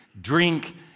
drink